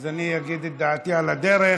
אז אני אגיד את דעתי על הדרך.